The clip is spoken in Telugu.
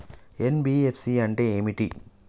ఎన్.బి.ఎఫ్.సి అంటే ఏమిటి?